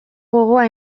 gogoa